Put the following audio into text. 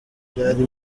byari